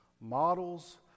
models